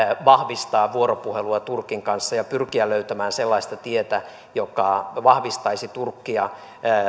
vahvistaa vuoropuhelua turkin kanssa ja pyrkiä löytämään sellaista tietä joka vahvistaisi turkkia